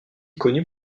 connu